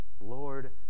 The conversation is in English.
Lord